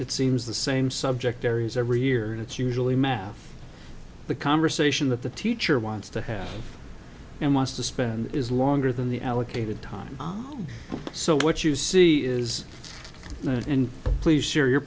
it seems the same subject areas are reared it's usually math the conversation that the teacher wants to have and wants to spend is longer than the allocated time so what you see is and please share your